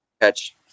catch